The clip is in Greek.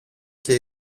και